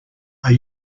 are